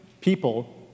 people